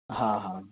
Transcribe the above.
हाँ हाँ